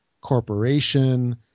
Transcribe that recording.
corporation